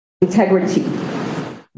integrity